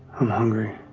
i'm hungry,